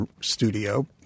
studio